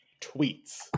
tweets